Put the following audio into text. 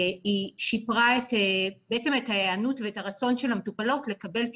היא שיפרה בעצם את ההיענות ואת הרצון של המטופלות לקבל את